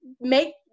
make